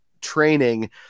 training